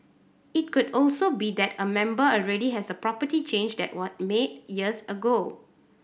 it could also be that a member already has a property change that was made years ago